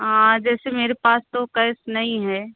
हाँ जैसे मेरे पास तो कैस नहीं है